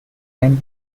ran